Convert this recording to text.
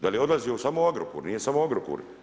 Da li je odlazio samo u Agrokor, nije samo Agrokor.